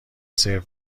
سرو